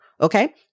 Okay